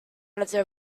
another